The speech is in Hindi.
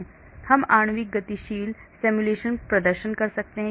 इसलिए हम आणविक गतिशील सिमुलेशन प्रदर्शन कर सकते हैं